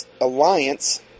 alliance